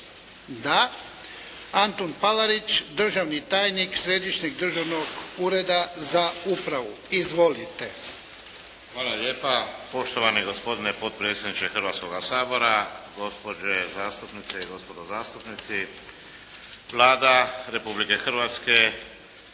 Da. Antun Palarić, državni tajnik Središnjeg državnog ureda za upravu. Izvolite. **Palarić, Antun** Hvala lijepa. Poštovani gospodine potpredsjedniče Hrvatskoga sabora, gospođe zastupnice i gospodo zastupnici. Vlada Republike Hrvatske